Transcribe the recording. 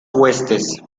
huestes